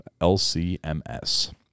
LCMS